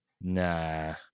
nah